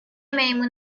میمون